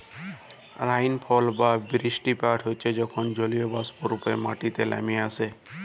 রাইলফল বা বিরিস্টিপাত হচ্যে যখল জলীয়বাষ্প রূপে মাটিতে লামে আসে